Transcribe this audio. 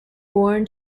born